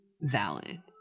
valid